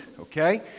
okay